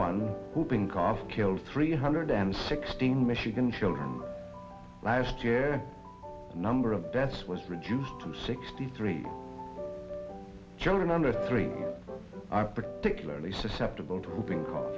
one hooping cough killed three hundred and sixteen michigan children last year number of deaths was reduced to sixty three children under three are particularly susceptible to